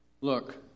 Look